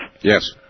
Yes